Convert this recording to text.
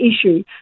issue